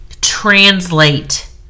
translate